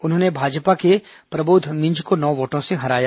उन्होंने भाजपा के प्रबोध मिंज को नौ वोटों से हराया